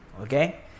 okay